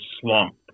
slump